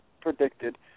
predicted